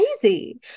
crazy